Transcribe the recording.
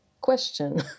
question